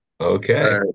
okay